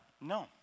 no